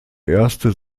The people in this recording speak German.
erste